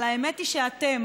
אבל האמת היא שאתם,